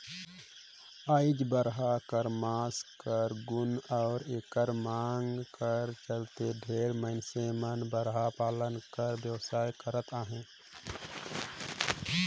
आएज बरहा कर मांस कर गुन अउ एकर मांग कर चलते ढेरे मइनसे मन बरहा पालन कर बेवसाय करत अहें